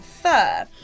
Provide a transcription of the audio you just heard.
fur